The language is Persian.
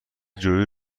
جویی